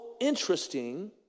interesting